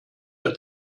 der